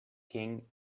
king